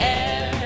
air